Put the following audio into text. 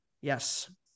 Yes